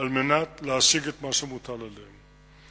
על מנת להשיג את מה שמוטל עליהם.